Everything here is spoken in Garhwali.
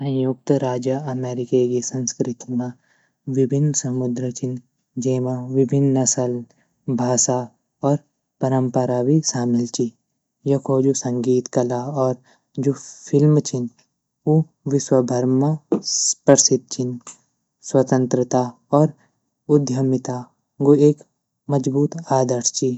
संयुक्त राज्य अमेरिके गी संस्कृति म विभिन्न समुद्र छीन जेमा विभिन्न नसल, भाषा और परंपरा भी सामिल ची यखों जू संगीत कला और जू फ़िल्म छीन ऊ विश्वभर म प्रसिद्ध छीन स्वंतत्रा और उद्यमिता गू एक मज़बूत आदर्श ची।